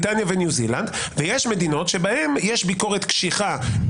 אני לא חושב שיש לי כוח כל כך חזק